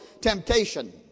temptation